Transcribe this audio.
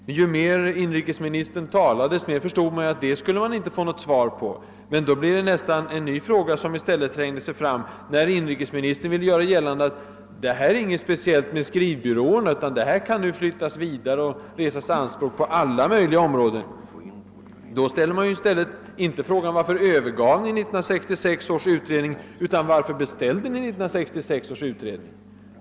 Men ju längre inrikesministern talade, desto klarare förstod man att han inte skulle lämna något svar på den frågan. En ny fråga trängde sig fram, när inrikesministern ville göra gällande alt skrivbyråernas förmedlingsverksamhet inte är något specifikt, utan att anspråk på rätt till enskild förmedling kan göras gällande på andra områden. Man har alltså anledning att fråga, inte bara varför man övergav 1966 års utredningsförslag, utan också varför man över huvud taget beställde den.